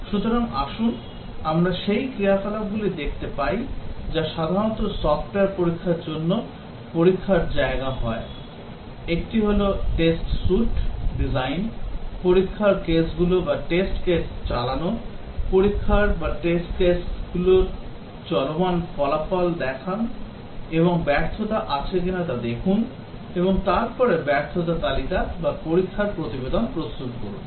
সুতরাং আসুন আমরা সেই ক্রিয়াকলাপগুলি দেখতে পাই যা সাধারণত সফ্টওয়্যার পরীক্ষার জন্য পরীক্ষার জায়গা হয় একটি হল টেস্ট স্যুইট ডিজাইন পরীক্ষার কেসগুলি চালান পরীক্ষার কেসগুলির চলমান ফলাফল দেখুন এবং ব্যর্থতা আছে কিনা তা দেখুন এবং তারপরে ব্যর্থতার তালিকা বা পরীক্ষার প্রতিবেদন প্রস্তুত করুন